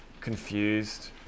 confused